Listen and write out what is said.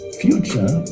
future